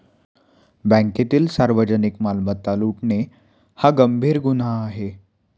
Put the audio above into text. बँकेतील सार्वजनिक मालमत्ता लुटणे हा गंभीर गुन्हा आहे